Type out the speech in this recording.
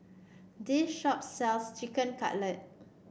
this shop sells Chicken Cutlet